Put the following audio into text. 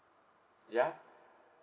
ya